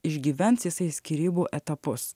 išgyvens jisai skyrybų etapus